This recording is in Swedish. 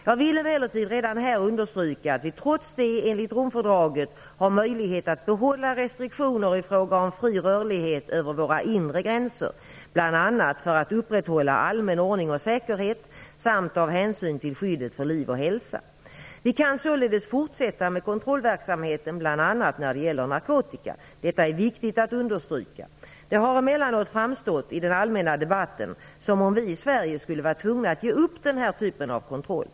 Jag vill emellertid redan här understryka att vi trots det enligt Romfördraget har möjlighet att behålla restriktioner i fråga om fri rörlighet över våra inre gränser, bl.a. för att upprätthålla allmän ordning och säkerhet samt av hänsyn till skyddet för liv och hälsa. Vi kan således fortsätta med kontrollverksamheten bl.a. när det gäller narkotika. Detta är viktigt att understryka. Det har emellanåt framstått i den allmänna debatten som om vi i Sverige skulle vara tvungna att ge upp den här typen av kontroll.